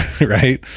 right